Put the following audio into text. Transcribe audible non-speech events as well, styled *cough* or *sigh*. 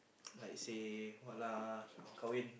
*noise* like say what lah